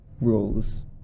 rules